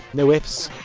no ifs,